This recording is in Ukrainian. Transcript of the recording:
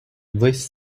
весь